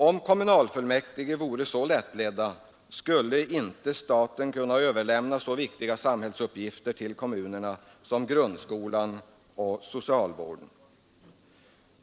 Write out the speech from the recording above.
Om kommunalfullmäktige vore så lättledda, så skulle inte staten kunna överlämna så viktiga samhällsuppgifter som grundskolan och socialvården till kommunerna.